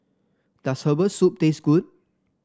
does Herbal Soup taste good